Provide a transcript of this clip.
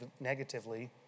negatively